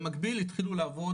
במקביל התחילו לעבוד,